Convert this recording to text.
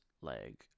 leg